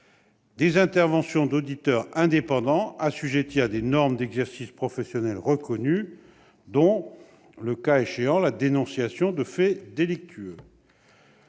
; intervention d'auditeurs indépendants assujettis à des normes d'exercice professionnel reconnues, dont, le cas échéant, la dénonciation de faits délictueux